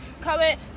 comment